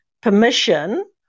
permission